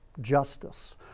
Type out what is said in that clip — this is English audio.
justice